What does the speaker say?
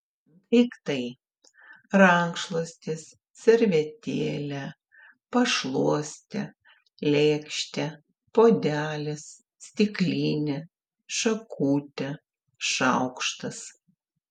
daiktai rankšluostis servetėlė pašluostė lėkštė puodelis stiklinė šakutė šaukštas